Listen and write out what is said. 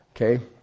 Okay